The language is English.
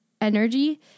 energy